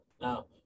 Now